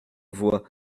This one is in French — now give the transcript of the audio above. voix